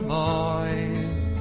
boys